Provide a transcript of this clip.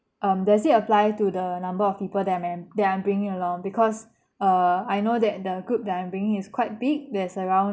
um does it apply to the number of people that I am that I'm bringing along because err I know that the group that I am bringing is quite big that's around